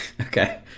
okay